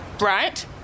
right